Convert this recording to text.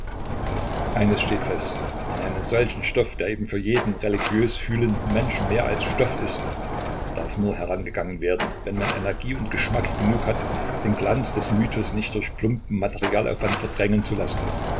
eines steht fest an einen solchen stoff der eben für jeden religiös fühlenden menschen mehr als stoff ist darf nur herangegangen werden wenn man energie und geschmack genug hat den glanz des mythos nicht durch plumpen materialaufwand verdrängen zu lassen